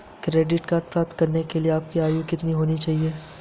Credit card प्राप्त करने के लिए आपकी आयु कितनी होनी चाहिए?